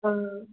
ꯑꯥ